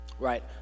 Right